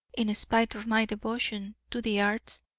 in spite of my devotion to the arts,